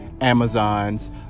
Amazon's